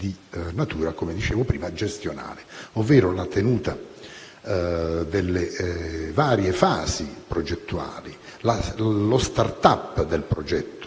alla tenuta delle varie fasi progettuali, allo *start-up* del progetto,